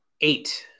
Eight